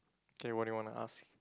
K what do you want to ask